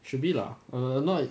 should be lah err not